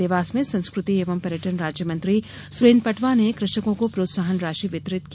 देवास में संस्कृति एवं पर्यटन राज्य मंत्री सुरेन्द्र पटवा ने कृषकों को प्रोत्साहन राशि वितरित की